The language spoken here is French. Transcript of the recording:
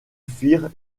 firent